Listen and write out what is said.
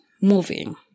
moving